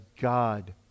God